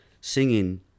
Singing